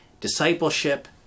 discipleship